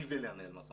מזה לנהל משא